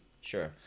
sure